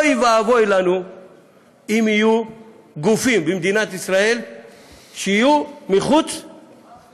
אוי ואבוי לנו אם יהיו גופים במדינת ישראל שיהיו מחוץ